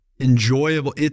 enjoyable